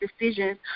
decisions